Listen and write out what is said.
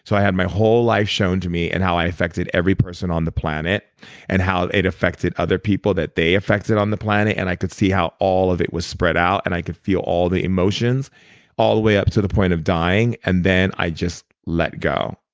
so i have my whole life shown to me and how i affected every person on the planet and how it affected other people that they affected on the planet. and i could see how all of it was spread out and i could feel all the emotions all the way up to the point of dying. and then, i just let go.